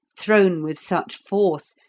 thrown with such force,